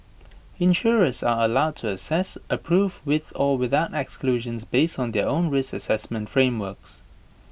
insurers are allowed to assess approve with or without exclusions based on their own risk Assessment frameworks